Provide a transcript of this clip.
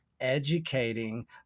educating